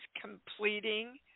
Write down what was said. completing